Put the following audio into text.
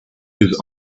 his